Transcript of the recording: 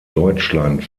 deutschland